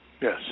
Yes